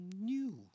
new